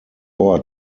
ort